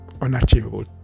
unachievable